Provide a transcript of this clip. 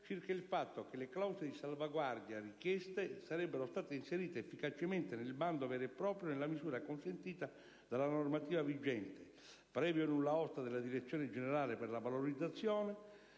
circa il fatto che le clausole di salvaguardia richieste sarebbero state inserite efficacemente nel bando vero e proprio nella misura consentita dalla normativa vigente, previo nulla osta della direzione generale per la valorizzazione,